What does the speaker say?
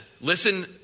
listen